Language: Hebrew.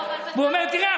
והוא אומר: תראה,